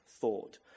thought